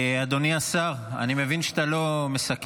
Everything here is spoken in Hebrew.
אדוני השר, אני מבין שאתה לא מסכם.